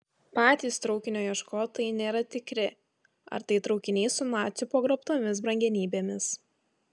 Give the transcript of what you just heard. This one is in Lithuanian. patys traukinio ieškotojai nėra tikri ar tai traukinys su nacių pagrobtomis brangenybėmis